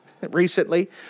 recently